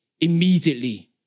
immediately